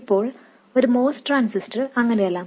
ഇപ്പോൾ ഒരു MOS transistor അങ്ങനെയല്ല